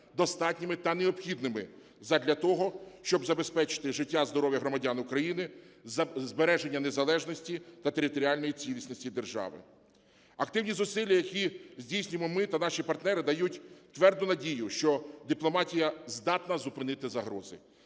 достатніми та необхідними задля того, щоб забезпечити життя, здоров'я громадян України, збереження незалежності та територіальної цілісності держави. Активні зусилля, які здійснюємо ми та наші партнери, дають тверду надію, що дипломатія здатна зупинити загрози,